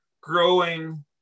growing